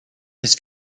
his